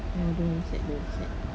no go inside go inside